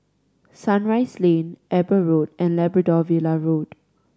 Sunrise Lane Eber Road and Labrador Villa Road